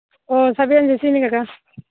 ꯑꯣ ꯁꯕꯦꯟꯁꯤ ꯁꯤꯅꯤ ꯀꯀꯥ